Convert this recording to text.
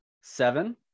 seven